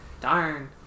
Darn